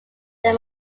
that